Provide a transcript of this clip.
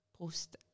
post